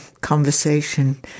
conversation